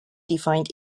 defined